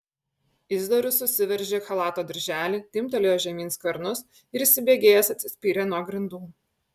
izidorius susiveržė chalato dirželį timptelėjo žemyn skvernus ir įsibėgėjęs atsispyrė nuo grindų